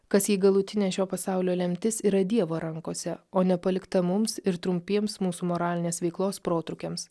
kas jei galutinė šio pasaulio lemtis yra dievo rankose o nepalikta mums ir trumpiems mūsų moralinės veiklos protrūkiams